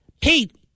Pete